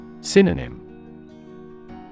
Synonym